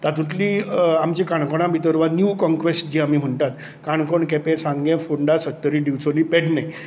तातूंतली आमचे काणकोणा भितर वा नीव कॉनक्वेस्ट जें आमी म्हणटात काणकोण केपें सांगें फोंडा सत्तरी डिचोली पेडणें